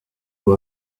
who